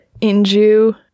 Inju